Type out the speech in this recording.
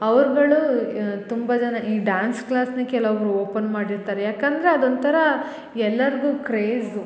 ಅವ್ರ್ಗಳು ತುಂಬ ಜನ ಈ ಡ್ಯಾನ್ಸ್ ಕ್ಲಾಸನ್ನ ಕೆಲೊಬ್ರು ಓಪನ್ ಮಾಡಿರ್ತಾರೆ ಯಾಕಂದರೆ ಅದೊಂಥರ ಎಲ್ಲರಿಗು ಕ್ರೇಝು